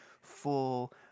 full